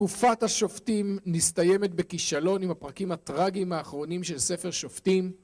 תקופת השופטים מסתיימת בכישלון, עם הפרקים הטרגיים האחרונים של ספר שופטים.